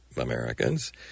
Americans